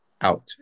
out